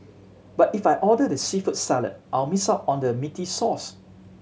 but if I order the seafood salad I'll miss out on the meaty sauce